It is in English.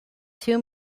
too